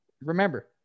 remember